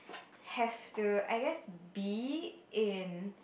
have to I guess be in